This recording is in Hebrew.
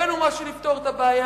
הבאנו משהו לפתור את הבעיה,